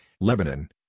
Lebanon